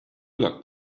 locked